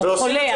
הוא חולה.